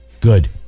Good